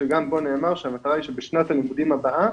שגם בו נאמר שהמטרה היא שבשנת הלימודים הבאה